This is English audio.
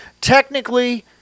technically